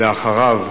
ואחריו,